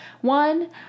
One